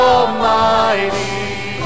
Almighty